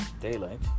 daylight